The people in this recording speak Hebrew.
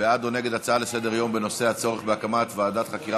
בעד או נגד ההצעה לסדר-היום בנושא הצורך בהקמת ועדת חקירה